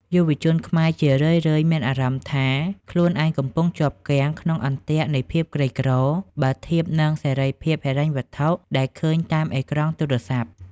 យុវជនខ្មែរជារឿយៗមានអារម្មណ៍ថា ខ្លួនឯងកំពុងជាប់គាំងក្នុង "អន្ទាក់នៃភាពក្រីក្រ" បើធៀបនឹងសេរីភាពហិរញ្ញវត្ថុដែលឃើញតាមអេក្រង់ទូរស័ព្ទ។